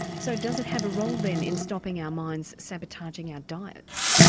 so does it have a role then in stopping our minds sabotaging our diets?